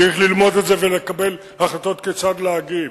צריך ללמוד את זה ולקבל החלטות כיצד להגיב,